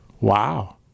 Wow